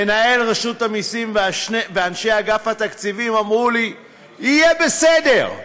מנהל רשות המסים ואנשי אגף התקציבים אמרו לי: יהיה בסדר.